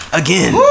again